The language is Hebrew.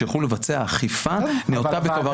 על מנת שיוכלו לבצע אכיפה נאותה וטובה.